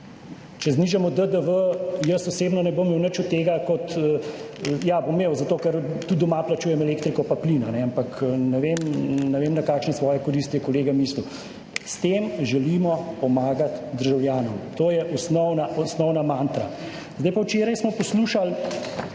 Če znižamo DDV, jaz osebno ne bom imel nič od tega. Ja, bom imel zato, ker tudi doma plačujem elektriko in plin, ampak ne vem, na kakšne svoje koristi je kolega mislil. S tem želimo pomagati državljanom, to je osnovna mantra. Včeraj smo poslušali,